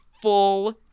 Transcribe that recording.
Full